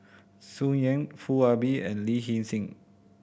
Tsung Yeh Foo Ah Bee and Lin Hsin Hsin